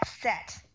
set